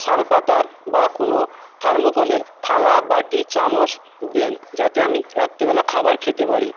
শালপাতার বা কোনো থার্মোকলের থালা বাটি চামচ দেন যাতে আমি রাত্রিবেলা খাবার খেতে পারি